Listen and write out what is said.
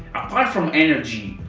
apart from energy,